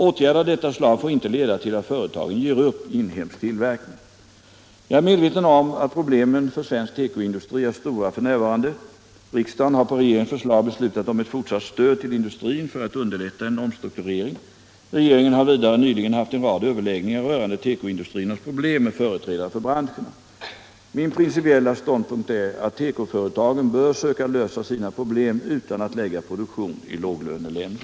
Åtgärder av detta slag får inte leda till att företagen ger upp inhemsk tillverkning. Jag är medveten om att problemen för svensk tekoindustri är stora f.n. Riksdagen har på regeringens förslag beslutat om ett fortsatt stöd till industrin för att underlätta en omstrukturering. Regeringen har vidare nyligen haft en rad överläggningar rörande tekoindustriernas problem med företrädare för branscherna. Min principiella ståndpunkt är att tekoföretagen bör söka lösa sina problem utan att lägga produktion i låglöneländer.